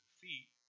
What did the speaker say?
feet